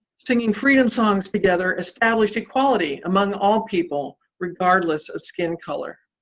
singing freedom songs together established equality among all people, regardless of skin color.